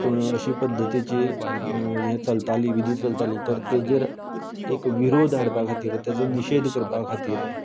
पूण अशे पद्दतीची विधी चलताली जी चलताली तर तेजेर एक विरोध हाडपा खातीर तेजो निशेद करपा खातीर